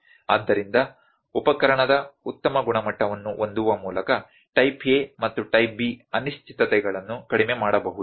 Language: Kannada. ಆದ್ದರಿಂದ ಉಪಕರಣದ ಉತ್ತಮ ಗುಣಮಟ್ಟವನ್ನು ಹೊಂದುವ ಮೂಲಕ ಟೈಪ್ A ಮತ್ತು ಟೈಪ್ B ಅನಿಶ್ಚಿತತೆಗಳನ್ನು ಕಡಿಮೆ ಮಾಡಬಹುದು